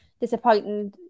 Disappointing